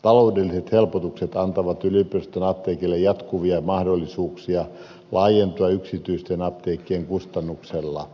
taloudelliset helpotukset antavat yliopiston apteekille jatkuvia mahdollisuuksia laajentua yksityisten apteekkien kustannuksella